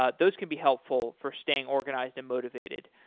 ah those can be helpful for staying organized and motivated.